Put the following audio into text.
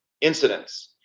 incidents